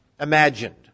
imagined